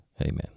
amen